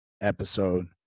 episode